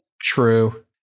True